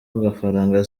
agafaranga